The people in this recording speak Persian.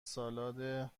سالاد